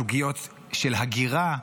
סוגיות של הגירה,